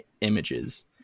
images